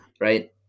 Right